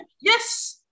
Yes